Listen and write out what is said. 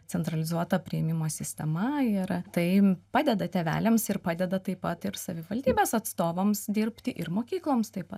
centralizuota priėmimo sistema ir tai padeda tėveliams ir padeda taip pat ir savivaldybės atstovams dirbti ir mokykloms taip pat